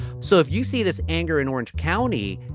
so if you see this anger in orange county,